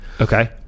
okay